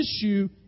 issue